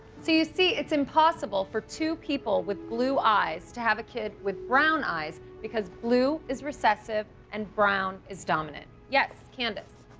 you see, it's impossible for two people with blue eyes to have a kid with brown eyes, because blue is recessive and brown is dominant. yes. candace.